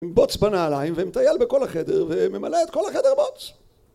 בוץ בנעליים ומטייל בכל החדר וממלא את כל החדר בוץ